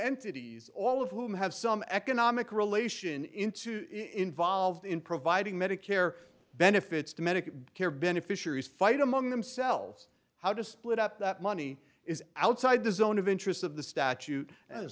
entities all of whom have some economic relation into involved in providing medicare benefits to medical care beneficiaries fight among themselves how to split up that money is outside the zone of interest of the statute